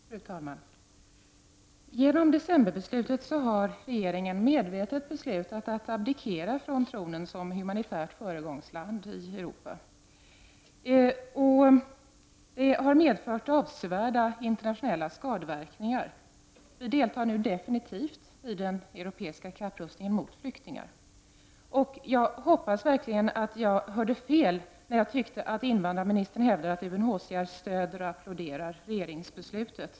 Fru talman! Genom decemberbeslutet har Sverige medvetet valt att abdikera från tronen som humanitärt föregångsland i Europa. Det har medfört avsevärda internationella skadeverkningar. Vi deltar nu definitivt i den europeiska kapprustningen mot flyktingar. Jag hoppas verkligen att jag hörde fel när jag tyckte att invandrarministern hävdade att UNHCR stöder och applåderar regeringsbeslutet.